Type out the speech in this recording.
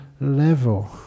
level